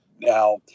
Now